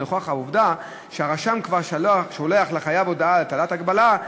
לנוכח העובדה שהרשם כבר שולח לחייב הודעה על הטלת ההגבלה,